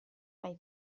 mai